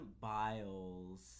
Biles